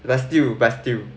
does still but still